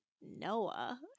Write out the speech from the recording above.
Noah